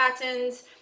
patterns